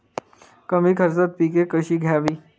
कमी खर्चात पिके कशी घ्यावी?